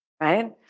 right